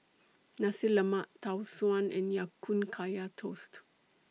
Nasi Lemak Tau Suan and Ya Kun Kaya Toast